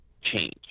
change